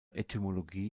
etymologie